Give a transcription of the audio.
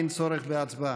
אין צורך בהצבעה.